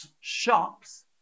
shops